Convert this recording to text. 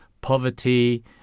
poverty